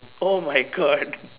oh my god